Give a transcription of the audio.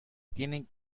tienen